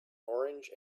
orange